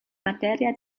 materia